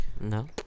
No